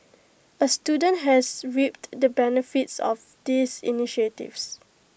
A student has reaped the benefits of these initiatives